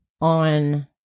on